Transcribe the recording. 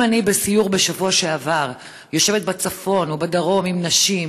אם אני בסיור בשבוע שעבר יושבת בצפון או בדרום עם נשים,